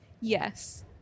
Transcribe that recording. yes